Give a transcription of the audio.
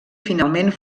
finalment